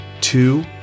two